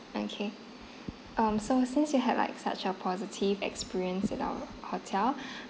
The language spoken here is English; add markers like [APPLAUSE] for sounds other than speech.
okay um so since you had like such a positive experience at our hotel [BREATH]